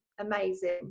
amazing